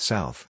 South